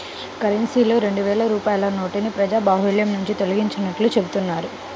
కరెన్సీలో రెండు వేల రూపాయల నోటుని ప్రజాబాహుల్యం నుంచి తొలగించినట్లు చెబుతున్నారు